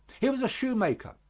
he was a shoemaker,